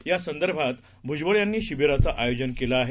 या संदर्भात भुजबळ यांनी शिबिराचं आयोजन केलं आहे